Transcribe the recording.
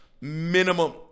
Minimum